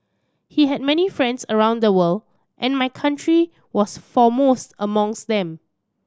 he had many friends around the world and my country was foremost amongst them